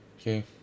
Okay